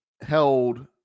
held